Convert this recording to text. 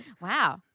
Wow